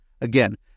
Again